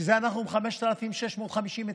לכן אנחנו עם 5,650 מתים.